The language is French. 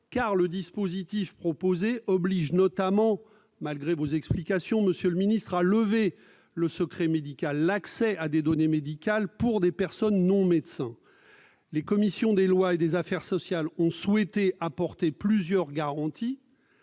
que le dispositif proposé oblige notamment- malgré vos explications, monsieur le ministre -à lever le secret médical, en autorisant l'accès à des données médicales par des personnes non médecins. Les commissions des lois et des affaires sociales ont souhaité apporter plusieurs garanties,